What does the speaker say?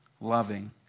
loving